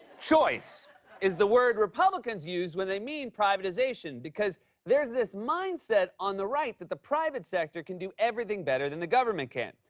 choice is the word republicans use when they mean privatization, because there's this mind-set on the right that the private sector can do everything better than the government can.